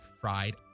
fried